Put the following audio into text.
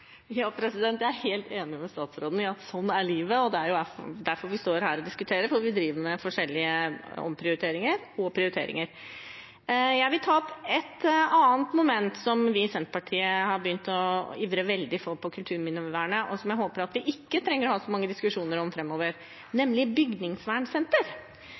det er jo derfor vi står her og diskuterer, for vi driver med forskjellige omprioriteringer og prioriteringer. Jeg vil ta opp et annet moment som vi i Senterpartiet har begynt å ivre veldig for på kulturminnevernområdet, og som jeg håper at vi ikke trenger å ha så mange diskusjoner om